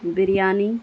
biryani